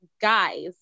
guys